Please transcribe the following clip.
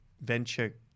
venture